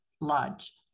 Lodge